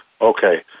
Okay